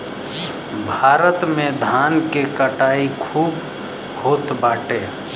भारत में धान के कटाई खूब होत बाटे